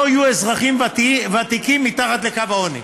לא יהיו אזרחים ותיקים מתחת לקו העוני.